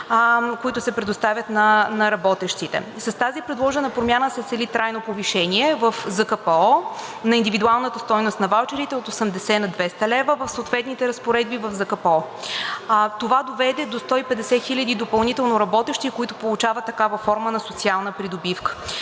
които се предоставят на работещите. С тази предложена промяна се цели трайно повишение в ЗКПО на индивидуалната стойност на ваучерите от 80 на 200 лв. – в съответните разпоредби в ЗКПО. Това доведе до 150 хиляди допълнително работещи, които получават такава форма на социална придобивка.